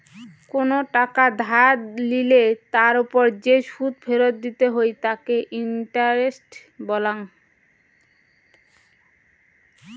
কোনো টাকা ধার লিলে তার ওপর যে সুদ ফেরত দিতে হই তাকে ইন্টারেস্ট বলাঙ্গ